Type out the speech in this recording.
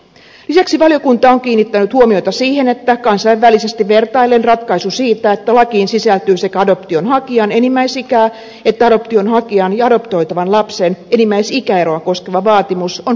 lisäksi valiokunta on kiinnittänyt huomiota siihen että kansainvälisesti vertaillen ratkaisu siitä että lakiin sisältyy sekä adoptionhakijan enimmäisikää että adoptionhakijan ja adoptoitavan lapsen enimmäisikäeroa koskeva vaatimus on poikkeuksellinen